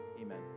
Amen